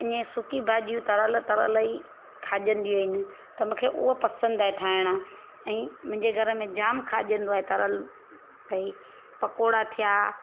ईअं सुकी भाॼियूं तरियल तरियल ई खाइजंदियूं आहिनि त मूंखे हूअ पसंदि आहे ठाहिण ऐं मुंहिंजे घरु में जाम खाइजंदो आहे तरियल भाई पकोड़ा थिया